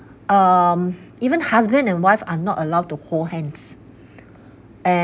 um even husband and wife are not allowed to hold hands and